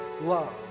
love